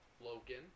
Logan